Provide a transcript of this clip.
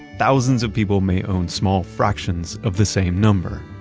thousands of people may own small fractions of the same number.